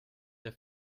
der